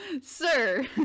Sir